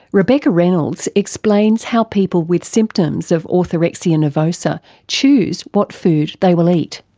rebecca reynolds explains how people with symptoms of orthorexia nervosa choose what food they will eat.